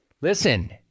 listen